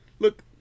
Look